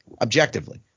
objectively